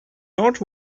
not